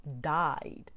died